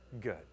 good